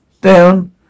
Down